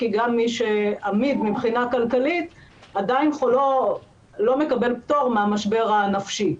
כי גם מי שאמיד מבחינה כלכלית עדיין לא מקבל פטור מהמשבר הנפשי.